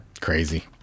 Crazy